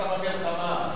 תמכת במלחמה,